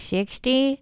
Sixty